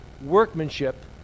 workmanship